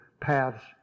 paths